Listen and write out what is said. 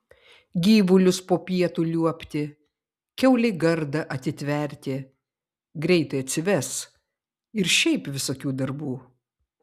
gyvulius po pietų liuobti kiaulei gardą atitverti greitai atsives ir šiaip visokių darbų